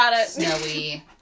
snowy